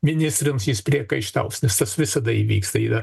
ministrams jis priekaištaus nes tas visada įvyksta yra